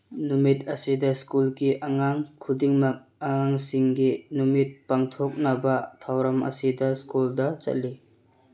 ꯅꯨꯃꯤꯠ ꯑꯁꯤꯗ ꯁ꯭ꯀꯨꯜꯒꯤ ꯑꯉꯥꯡ ꯈꯨꯗꯤꯡꯃꯛ ꯑꯉꯥꯡꯁꯤꯡꯒꯤ ꯅꯨꯃꯤꯠ ꯄꯥꯡꯊꯣꯛꯅꯕ ꯊꯧꯔꯝ ꯑꯁꯤꯗ ꯁ꯭ꯀꯨꯜꯗ ꯆꯠꯂꯤ